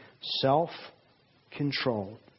self-control